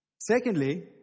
Secondly